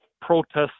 protests